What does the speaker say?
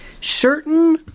certain